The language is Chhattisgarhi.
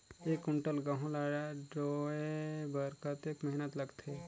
एक कुंटल गहूं ला ढोए बर कतेक मेहनत लगथे?